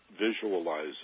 visualize